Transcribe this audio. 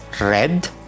red